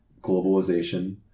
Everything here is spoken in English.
globalization